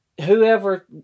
whoever